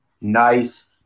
nice